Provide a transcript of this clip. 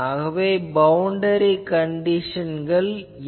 ஆகவே பவுண்டரி கண்டிஷன்கள் n